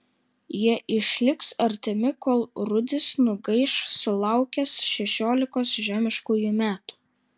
jie išliks artimi kol rudis nugaiš sulaukęs šešiolikos žemiškųjų metų